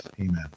Amen